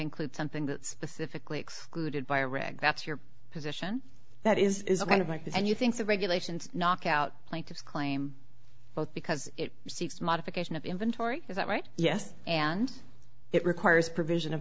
include something that specifically excluded by a rig that's your position that is a kind of like that and you think that regulations knockout plaintiffs claim both because it seeks modification of inventory is that right yes and it requires provision of